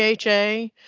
pha